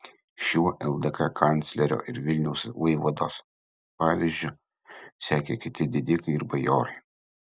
šiuo ldk kanclerio ir vilniaus vaivados pavyzdžiu sekė kiti didikai ir bajorai